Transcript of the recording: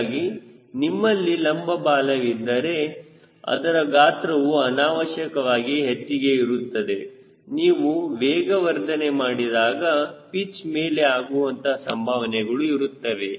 ಹೀಗಾಗಿ ನಿಮ್ಮಲ್ಲಿ ಲಂಬ ಬಾಲವಿದ್ದರೆ ಅದರ ಗಾತ್ರವು ಅನಾವಶ್ಯಕವಾಗಿ ಹೆಚ್ಚಿಗೆ ಇರುತ್ತದೆ ನೀವು ವೇಗವರ್ಧನೆ ಮಾಡಿದಾಗ ಪಿಚ್ ಮೇಲೆ ಆಗುವಂತಹ ಸಂಭಾವನೆಗಳು ಇರುತ್ತವೆ